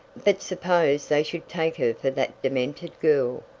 but suppose they should take her for that demented girl?